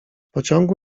pociągu